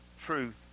truth